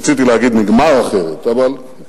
רציתי להגיד נגמר אחרת, אבל,